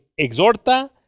exhorta